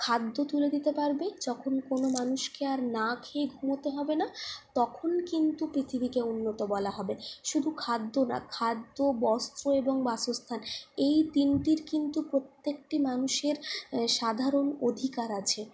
খাদ্য তুলে দিতে পারবে যখন কোনো মানুষকে আর না খেয়ে ঘুমোতে হবে না তখন কিন্তু পৃথিবীকে উন্নত বলা হবে শুধু খাদ্য না খাদ্য বস্ত্র এবং বাসস্থান এই তিনটির কিন্তু প্রত্যেকটি মানুষের সাধারণ অধিকার আছে